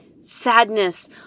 sadness